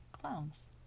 clowns